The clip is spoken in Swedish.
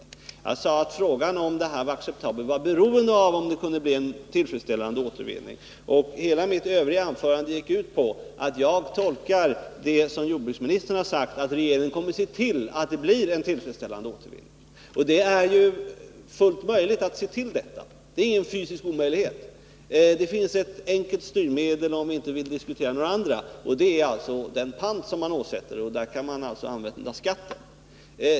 Vad jag sade var dock att frågan om huruvida dessa burkar var acceptabla var beroende av om det kunde bli en tillfredsställande återvinning. Och hela mitt anförande i övrigt gick ut på att jag tolkar det som jordbruksministern har sagt som att regeringen kommer att se till att det blir en tillfredsställande återvinning. Det är ju fullt möjligt att se till att så blir fallet — det är ingen fysisk omöjlighet. Det finns — om vi inte vill diskutera några andra — ett enkelt styrmedel, nämligen den pant som man åsätter burkarna, och på den punkten kan man använda skatten.